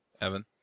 Evan